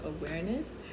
awareness